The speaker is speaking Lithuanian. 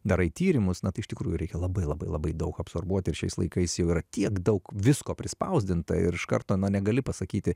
darai tyrimus na tai iš tikrųjų reikia labai labai labai daug absorbuoti ir šiais laikais jau yra tiek daug visko prispausdinta ir iš karto na negali pasakyti